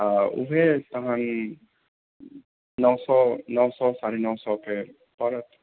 आ ओएह तखन नओ सए नओ सए साढ़े नओ सए के पड़त